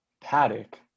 Paddock